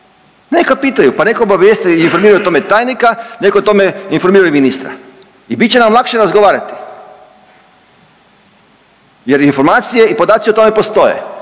neka pitaju pa neka obavijeste i informiraju o tome tajnika, nek o tome informiraju ministra i bit će nam lakše razgovarati jer informacije i podaci o tome postoje.